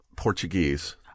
Portuguese